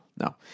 No